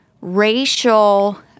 racial